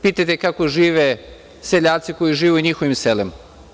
Pitajte kako žive seljaci koji žive u njihovim selima?